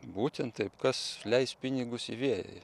būtent taip kas leis pinigus į vėją